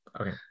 Okay